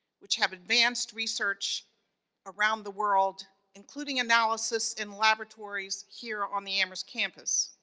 which have advanced research around the world. including analysis in laboratories here on the amherst campus.